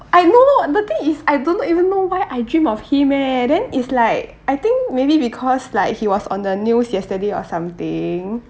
I know the thing is I don't even know why I dream of him eh then it's like I think maybe because like he was on the news yesterday or something